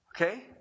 Okay